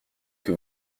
que